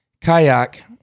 Kayak